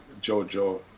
JoJo